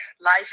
life